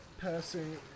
Passing